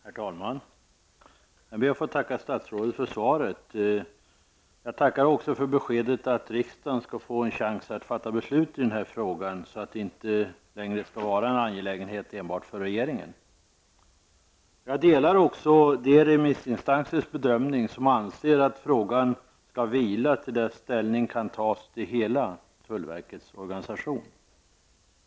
Herr talman! Jag ber att få tacka statsrådet för svaret. Jag tackar också för beskedet att riksdagen skall få en chans att fatta beslut i den här frågan, så att det inte längre enbart skall vara en angelägenhet för regeringen. Jag delar också de remissinstansers bedömning som anser att frågan skall vila till dess ställning kan tas till hela tullverkets organisation.